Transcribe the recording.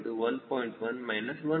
1 1